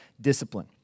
discipline